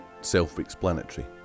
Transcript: self-explanatory